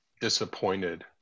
disappointed